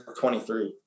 23